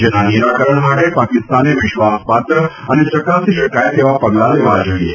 જેના નિરાકરણ માટે પાકિસ્તાનને વિશ્વાસપાત્ર અને ચકાસી શકાય તેવા પગલાં લેવા જોઈએ